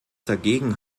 dagegen